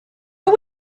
are